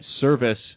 service